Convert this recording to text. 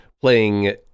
playing